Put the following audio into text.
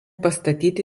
pastatyti